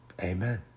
amen